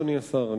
אדוני השר,